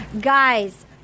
Guys